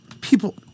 people